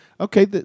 Okay